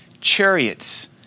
chariots